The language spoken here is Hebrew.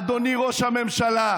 אדוני ראש הממשלה,